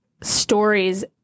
stories